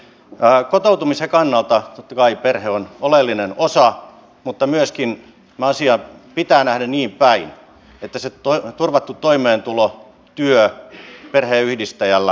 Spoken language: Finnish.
kotoutumisen kannalta totta kai perhe on oleellinen osa mutta myöskin tämä asia pitää nähdä niin päin että se turvattu toimeentulo työ perheenyhdistäjällä on